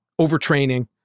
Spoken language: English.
overtraining